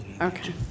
okay